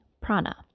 prana